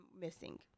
Missing